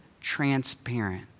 transparent